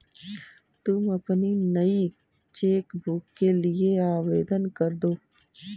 तुम अपनी नई चेक बुक के लिए आवेदन करदो